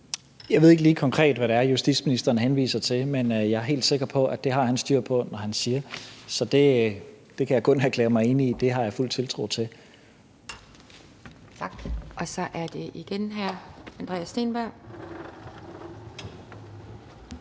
Jeg ved ikke lige konkret, hvad det er, justitsministeren henviser til, men jeg er helt sikker på, at det har han styr på, når han siger det. Så det kan jeg kun erklære mig enig i. Det har jeg fuld tiltro til. Kl. 18:15 Anden næstformand